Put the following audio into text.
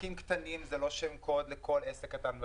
עסקים קטנים זה לא שם קוד לכל עסק קטן במדינה,